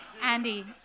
Andy